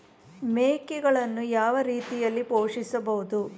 ಮೇಕೆಗಳನ್ನು ಯಾವ ರೀತಿಯಾಗಿ ಪೋಷಿಸಬಹುದು?